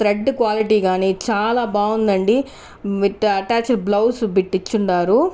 thread quality గాని చాలా బాగుందండి విత్ అటాచ్డ్ బ్లౌజ్ పెట్టించి ఉన్నారు